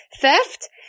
theft